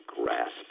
grasp